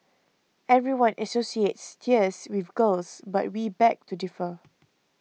everyone associates tears with girls but we beg to differ